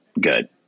good